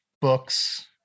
books